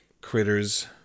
critters